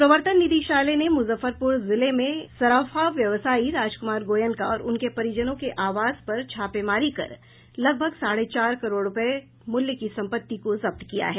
प्रवर्तन निदेशालय ने मुजफ्फरपुर जिले में सर्राफा व्यवसायी राज कुमार गोयनका और उनके परिजनों के आवास पर छापेमारी कर लगभग साढ़े चार करोड़ रूपये मुल्य से अधिक की संपत्ति को जब्त किया है